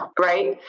right